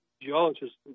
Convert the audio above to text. geologists